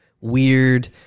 weird